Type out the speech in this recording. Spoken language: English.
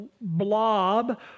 blob